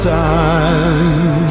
time